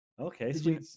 okay